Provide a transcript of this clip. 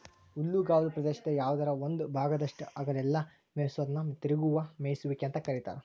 ಹುಲ್ಲುಗಾವಲ ಪ್ರದೇಶದ ಯಾವದರ ಒಂದ ಭಾಗದಾಗಷ್ಟ ಹಗಲೆಲ್ಲ ಮೇಯಿಸೋದನ್ನ ತಿರುಗುವ ಮೇಯಿಸುವಿಕೆ ಅಂತ ಕರೇತಾರ